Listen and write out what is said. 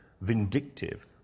vindictive